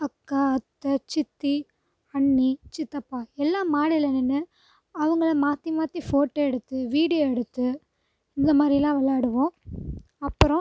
அக்கா அத்தை சித்தி அண்ணி சித்தப்பா எல்லா மாடியில் நின்று அவங்கள மாற்றி மாற்றி ஃபோட்டோ எடுத்து வீடியோ எடுத்து இந்தமாதிரில்லா விளையாடுவோம் அப்புறம்